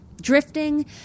drifting